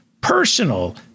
personal